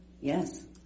Yes